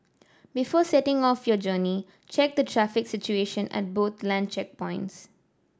before setting off on your journey check the traffic situation at both land checkpoints